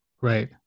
Right